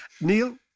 Neil